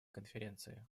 конференции